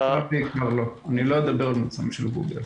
לא, אני לא אדבר על המוצרים של גוגל.